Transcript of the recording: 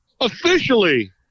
officially